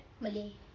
malay